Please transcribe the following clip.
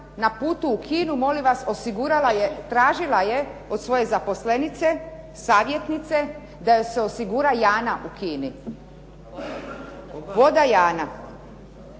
na putu u Kinu, molim vas, osigurala je, tražila je od svoje zaposlenice, savjetnice da joj se osigura Jana u Kini. Voda Jana.